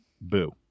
Boo